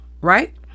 right